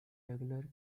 regular